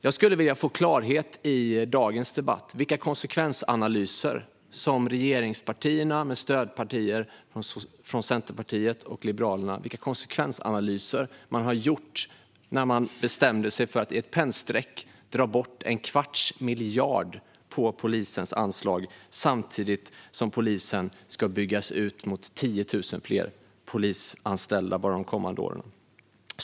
Jag skulle i dagens debatt vilja få klarhet i vilka konsekvensanalyser som regeringspartierna och stödpartierna Centerpartiet och Liberalerna har gjort när de bestämde sig för att med ett pennstreck dra bort en kvarts miljard från polisens anslag samtidigt som polisen ska byggas ut med 10 000 fler polisanställda bara de kommande åren.